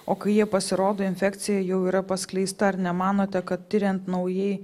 o kai jie pasirodo infekcija jau yra paskleista ar nemanote kad tiriant naujai